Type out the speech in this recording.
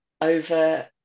over